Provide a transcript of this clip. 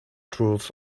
truth